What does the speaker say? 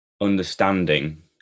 understanding